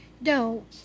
No